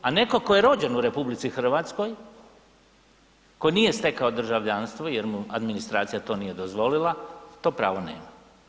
A netko tko je rođen u RH tko nije stekao državljanstvo jer mu administracija to nije dozvola to pravo nema.